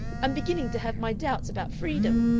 i'm beginning to have my doubts about freedom!